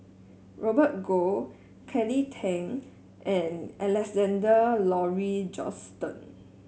Robert Goh Kelly Tang and Alexander Laurie Johnston